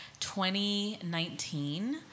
2019